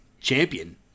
champion